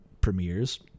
premieres